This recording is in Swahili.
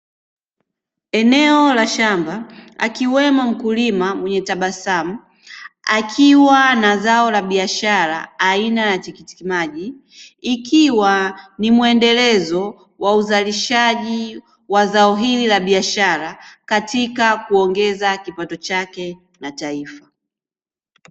Eneo la shamba akiwemo mkulima mwenye tabasamu, akiwa na zao la biashara aina ya tikiti maji ikiwa ni muendelezo wa uzalishaji wa zao hili la biashara katika kuongeza kipato chake na taifa.